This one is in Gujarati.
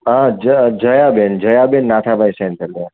જયાબેન જયાબેન નાથાભાઈ સેન્જલિયા